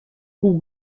pół